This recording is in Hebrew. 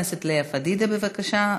מס' 8308, 8365. חברת הכנסת לאה פדידה, בבקשה.